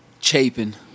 Chapin